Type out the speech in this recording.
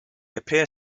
appear